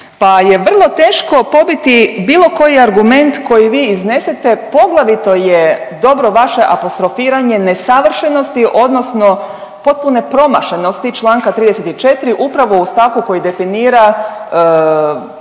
pa je vrlo teško pobiti bilo koji argument koji vi iznesete, poglavito je dobro vaše apostrofiranje nesavršenosti odnosno potpune promašenosti čl. 34. upravo u stavku koji definira